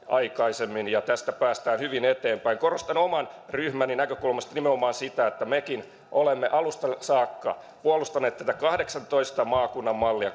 aikaisemmin ja tästä päästään hyvin eteenpäin korostan oman ryhmäni näkökulmasta nimenomaan sitä että mekin olemme alusta saakka puolustaneet tätä kahdeksantoista maakunnan mallia